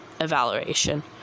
evaluation